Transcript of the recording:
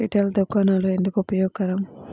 Retail దుకాణాలు ఎందుకు ఉపయోగకరం?